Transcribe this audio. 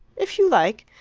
if you like.